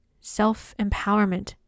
self-empowerment